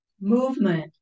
movement